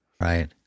Right